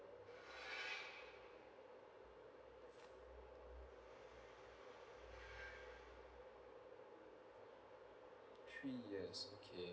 three years okay